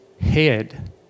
head